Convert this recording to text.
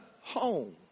home